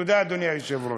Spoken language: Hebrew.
תודה, אדוני היושב-ראש.